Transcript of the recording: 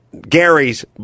Gary's